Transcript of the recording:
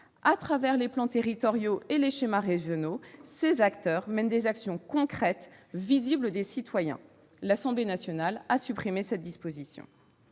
À travers les plans territoriaux et les schémas régionaux, ces acteurs mènent des actions concrètes et visibles des citoyens. L'Assemblée nationale a supprimé cette disposition.